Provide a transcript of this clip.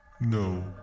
No